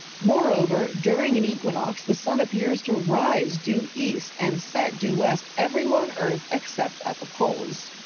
moreover, during an equinox, the sun appears to rise due east and set due west everywhere on earth, except at the poles.